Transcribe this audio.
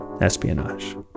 Espionage